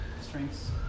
Strengths